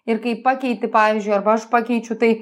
ir kai pakeiti pavyzdžiui arba aš pakeičiu tai